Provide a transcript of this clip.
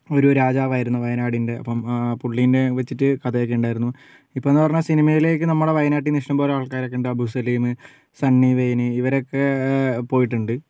ഒരു രാജാവായിരുന്നു വയനാടിൻറ്റെ അപ്പം പുള്ളിനെ വച്ചിട്ട് കഥയൊക്കേ ഉണ്ടായിരുന്നു ഇപ്പംന്ന് പറഞ്ഞാൽ സിനിമേലേക്ക് നമ്മുടെ വായനാട്ടിന്നു ഇഷ്ടംപോലെ ആൾക്കാരൊക്കേ ഇണ്ട് അബു സലിമ് സണ്ണി വെയിന് ഇവരൊക്കേ പോയിട്ടുണ്ട്